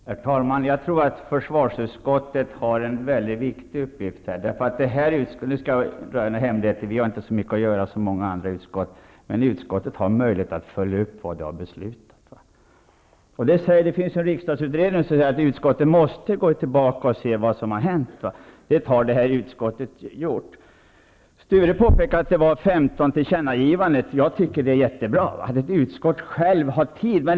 Herr talman! Jag tror att försvarsutskottet har en mycket viktig uppgift. Nu skall jag röja en hemlighet: det här utskottet har inte så mycket att göra som andra utskott. Men försvarsutskottet har möjlighet att följa upp det vi har beslutat. Det finns en riksdagsutredning som säger att utskotten måste gå tillbaka och se vad som har hänt. Det har det här utskottet gjort. Sture Ericson påpekade att det gjorts 15 tillkännagivanden. Jag tycker att det är jättebra att ett utskott har tid att göra det.